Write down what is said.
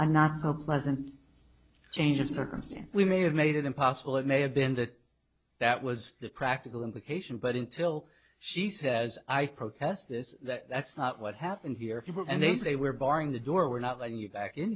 i'm not so pleasant change of circumstance we may have made it impossible it may have been that that was the practical implication but until she says i protest this that that's not what happened here and they say we're barring the door we're not letting you back in